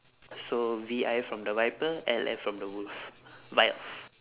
so V I from the viper L F from the wolf vilf but